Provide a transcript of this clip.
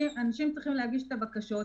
אנשים צריכים להגיש את הבקשות,